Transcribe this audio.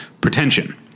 pretension